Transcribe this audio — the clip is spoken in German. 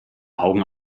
augen